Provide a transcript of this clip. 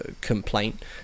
complaint